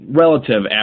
relative